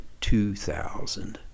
2000